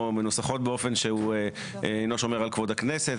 או מנוסחות באופן שהוא אינו שומר על כבוד הכנסת,